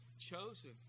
chosen